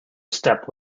step